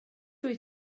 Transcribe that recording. wyt